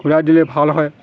ঘূৰাই দিলে ভাল হয়